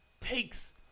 takes